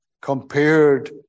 compared